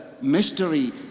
mystery